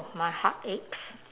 my heart aches